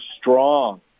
strong